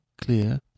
clear